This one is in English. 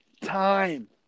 time